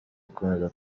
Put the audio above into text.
gukomeza